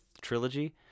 trilogy